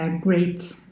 great